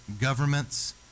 governments